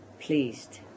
pleased